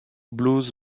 blues